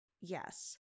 Yes